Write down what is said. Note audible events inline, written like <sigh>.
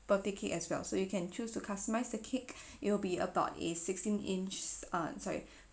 birthday cake as well so you can choose to customise the cake <breath> it will be about a sixteen inch uh sorry <breath>